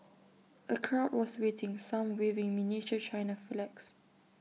A crowd was waiting some waving miniature China flags